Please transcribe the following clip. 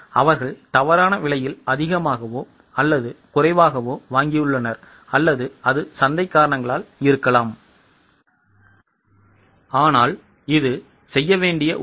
அவர்கள் தவறான விலையில் அதிகமாகவோ அல்லது குறைவாகவோ வாங்கியுள்ளனர் அல்லது அது சந்தை காரணங்களால் இருக்கலாம் ஆனால் இது செய்ய வேண்டிய ஒன்று